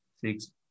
Six